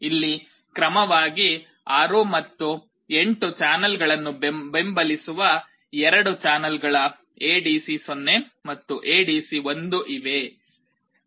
ಇಲ್ಲಿ ಕ್ರಮವಾಗಿ 6 ಮತ್ತು 8 ಚಾನೆಲ್ಗಳನ್ನು ಬೆಂಬಲಿಸುವ 2 ಚಾನೆಲ್ಗಳ ಎಡಿಸಿ 0 ಮತ್ತು ಎಡಿಸಿ 1 ಇವೆ